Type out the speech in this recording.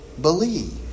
Believe